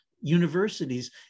universities